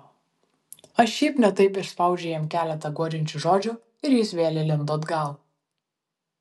aš šiaip ne taip išspaudžiau jam keletą guodžiančių žodžių ir jis vėl įlindo atgal